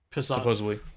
supposedly